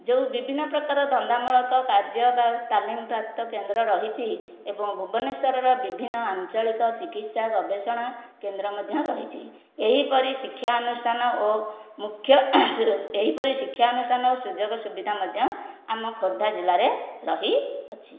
ଯେଉଁ ବିଭିନ୍ନ ପ୍ରକାର ଧନ୍ଦାମୂଳକ କାର୍ଯ୍ୟ ବା ତାଲିମପ୍ରାପ୍ତ କେନ୍ଦ୍ର ରହିଛି ଏବଂ ଭୁବନେଶ୍ଵରର ବିଭିନ୍ନ ଆଞ୍ଚଳିକ ଚିକିତ୍ସା ଗବେଷଣା କେନ୍ଦ୍ର ମଧ୍ୟ ରହିଛି ଏହିପରି ଶିକ୍ଷାନୁଷ୍ଠାନ ଓ ମୁଖ୍ୟ ଏହିପରି ଶିକ୍ଷାନୁଷ୍ଠାନ ଓ ସୁଯୋଗ ସୁବିଧା ମଧ୍ୟ ଆମ ଖୋର୍ଦ୍ଧା ଜିଲ୍ଲାରେ ରହିଅଛି